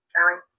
Charlie